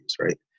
right